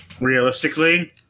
Realistically